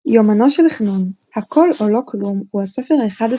יומנו של חנון - הכול או לא כלום הוא הספר ה-11